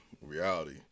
reality